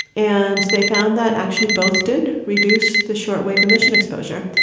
and they found that actually both did reduce the shortwave emission exposure.